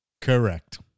Correct